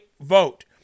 vote